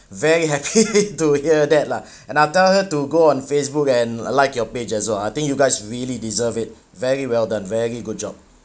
very happy to hear that lah and I tell her to go on Facebook and like your page as well I think you guys really deserve it very well done very good job